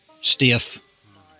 stiff